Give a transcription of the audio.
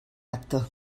acte